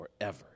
forever